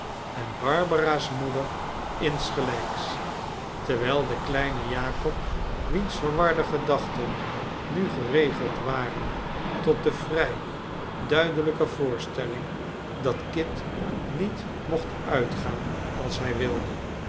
en barbara's moeder insgelijks terwijl de kleine jakob wiens verwarde gedachten nu geregeld waren tot de vrij duidelyke voorstelling dat kit niet mocht uitgaan als hij wilde